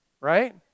right